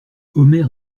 omer